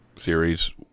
series